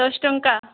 ଦଶ ଟଙ୍କା